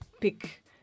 pick